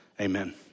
amen